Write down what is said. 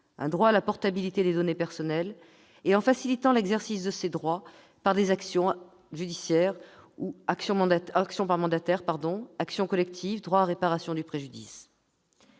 un droit à la portabilité des données personnelles et en facilitant l'exercice de ces droits- actions par mandataire, actions collectives, droit à réparation du préjudice